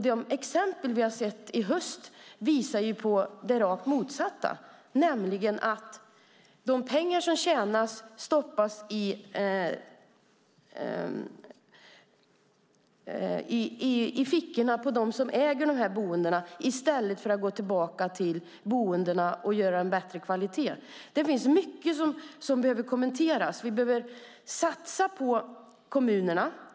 De exempel vi har sett i höst visar det rakt motsatta, nämligen att de pengar som tjänas stoppas i fickorna på dem som äger boendena i stället för att gå tillbaka till boendena och ge bättre kvalitet. Det finns mycket som behöver kommenteras. Vi behöver satsa på kommunerna.